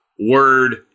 word